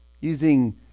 using